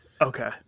Okay